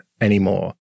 anymore